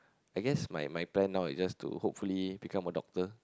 I guess my my plan now is just to hopefully become a doctor